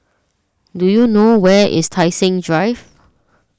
do you know where is Tai Seng Drive